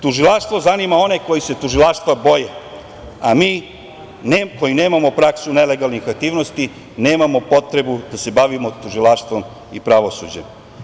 Tužilaštvo zanima one koji se tužilaštva boje, a mi koji nemamo praksu nelegalnih aktivnosti, nemamo potrebu da se bavimo tužilaštvom i pravosuđem.